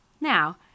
Now